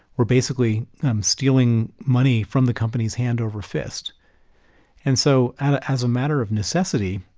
were basically um stealing money from the companies hand over fist and so and as a matter of necessity,